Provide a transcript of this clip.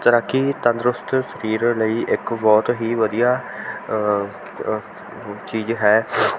ਤੈਰਾਕੀ ਤੰਦਰੁਸਤ ਸਰੀਰ ਲਈ ਇੱਕ ਬਹੁਤ ਹੀ ਵਧੀਆ ਚੀਜ਼ ਹੈ